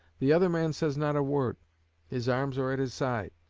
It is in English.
the other man says not a word his arms are at his side,